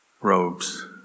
robes